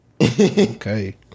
Okay